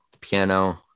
piano